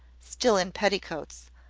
still in petticoats,